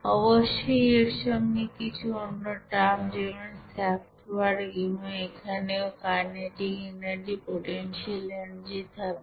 অবশ্যই এর সঙ্গে কিছু অন্য টার্ম যেমন স্যাফট ওয়ার্ক এবং এখানে ও কাইনেটিক এনার্জি পোটেনশিয়াল এনার্জি থাকবে